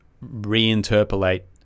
re-interpolate